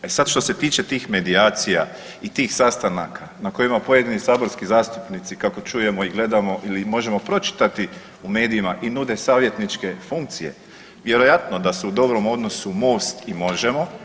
E sad što se tiče tih medijacija i tih sastanaka na kojima pojedini saborski zastupnici kako čujemo i gledamo ili možemo pročitati u medijima i nude savjetničke funkcije vjerojatno da su u dobrom odnosu MOST i MOŽEMO.